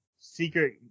secret